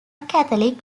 catholic